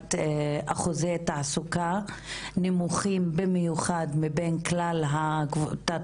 מבחינת אחוזי תעסוקה נמוכים במיוחד מבין כלל התת